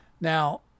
Now